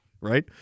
right